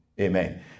Amen